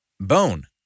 bone